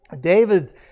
David